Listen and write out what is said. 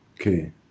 Okay